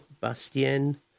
Bastien